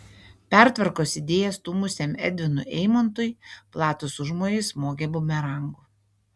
pertvarkos idėją stūmusiam edvinui eimontui platūs užmojai smogė bumerangu